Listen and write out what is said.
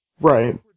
Right